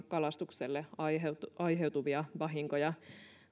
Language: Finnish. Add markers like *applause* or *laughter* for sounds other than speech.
*unintelligible* kalastukselle aiheutuvia aiheutuvia vahinkoja